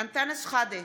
אנטאנס שחאדה,